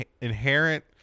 inherent